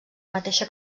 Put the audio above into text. mateixa